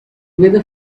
weather